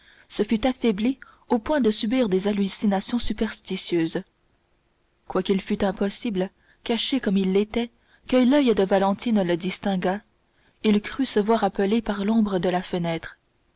se fût affaiblie au point de subir des hallucinations superstitieuses quoiqu'il fût impossible caché comme il l'était que l'oeil de valentine le distinguât il crut se voir appeler par l'ombre de la fenêtre